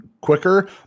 quicker